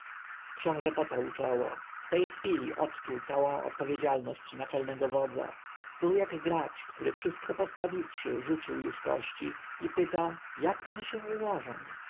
książę potarł czoło w tej chwili odczuł całą odpowiedzialność naczelnego wodza był jak gracz który wszystko postawiwszy rzucił już kości i pyta jak one się ułożą